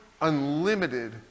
unlimited